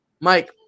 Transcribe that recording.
Mike